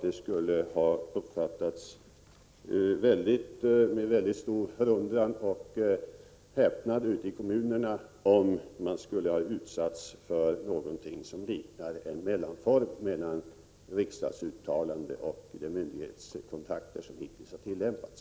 Det skulle ha uppfattats med mycket stor förundran och häpnad ute i kommunerna om de hade utsatts för någonting som liknar en mellanform mellan ett riksdagsuttalande och de myndighetskontakter som hittills har tillämpats.